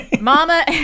Mama